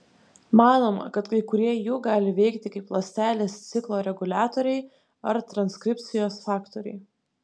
manoma kad kai kurie jų gali veikti kaip ląstelės ciklo reguliatoriai ar transkripcijos faktoriai